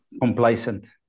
complacent